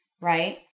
Right